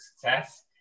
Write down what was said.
success